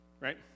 right